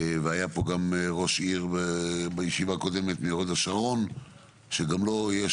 והיה פה גם ראש עיר מהוד השרון בישיבה הקודמת שגם לו יש